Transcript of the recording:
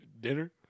dinner